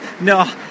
No